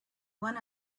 one